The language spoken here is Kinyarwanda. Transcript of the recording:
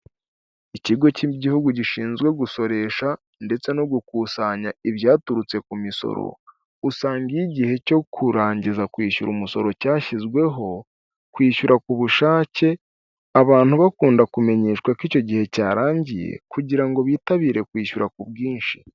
Ikigo cy'igihugu gishinzwe gusoresha ndetse no gukusanya ibyaturutse ku misoro, usanga iyo igihe cyo kurangiza kwishyura umusoro cyashyizweho kwishyura ku bushake, abantu bakunda kumenyeshwa ko icyo gihe cyarangiye kugira ngo bitabire kwishyura ku bwinshi.